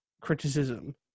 criticism